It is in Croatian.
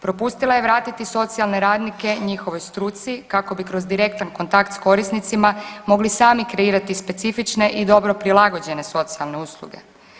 Propustila je vratiti socijalne radnike njihovoj struci kako bi kroz direktan kontakt s korisnicima mogli sami kreirati specifične i dobro prilagođene socijalne usluge.